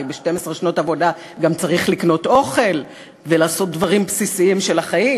הרי ב-12 שנות עבודה גם צריך לקנות אוכל ולעשות דברים בסיסיים של החיים.